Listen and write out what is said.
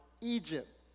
Egypt